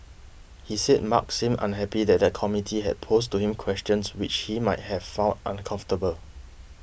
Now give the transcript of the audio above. he said Mark seemed unhappy that the committee had posed to him questions which he might have found uncomfortable